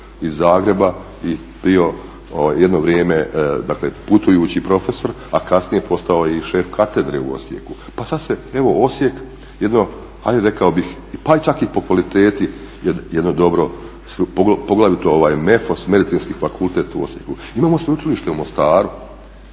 iz Zagreba i bio jedno vrijeme putujući profesor, a kasnije postao i šef katedre u Osijeku pa sad se evo Osijek jedno ajde rekao bih pa čak i po kvaliteti jedno dobro, poglavito MEFOS, Medicinski fakultetu u Osijeku. Imam Sveučilište u Mostaru